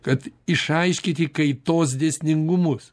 kad išaiškinti kaitos dėsningumus